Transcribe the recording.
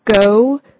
go